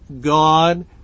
God